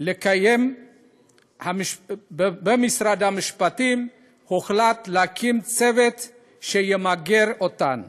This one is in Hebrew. הוחלט להקים במשרד המשפטים צוות שימגר אותן.